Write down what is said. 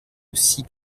aussi